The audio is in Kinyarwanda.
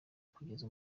kugeza